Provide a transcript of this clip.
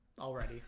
already